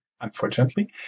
unfortunately